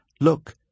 Look